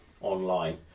online